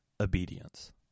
obedience